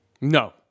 No